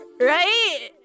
Right